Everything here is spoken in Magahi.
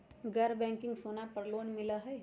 गैर बैंकिंग में सोना पर लोन मिलहई?